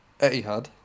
Etihad